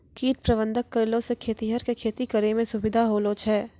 कीट प्रबंधक करलो से खेतीहर के खेती करै मे सुविधा होलो छै